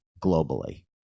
globally